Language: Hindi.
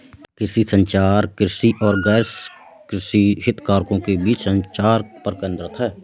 कृषि संचार, कृषि और गैरकृषि हितधारकों के बीच संचार पर केंद्रित है